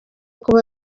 kuba